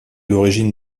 l’origine